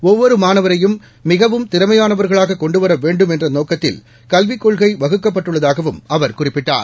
ஒவ்வொரு மாணவரையும் மிகவும் திறமையானவர்களாக கொண்டுவர வேண்டும் என்ற நோக்கத்தில் கல்விக் கொள்கை வகுக்கப்பட்டுள்ளதாகவும் அவர் குறிப்பிட்டார்